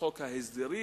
מחוק ההסדרים,